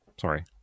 Sorry